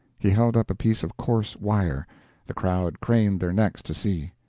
he held up a piece of coarse wire the crowd craned their necks to see.